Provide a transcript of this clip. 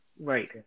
Right